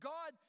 God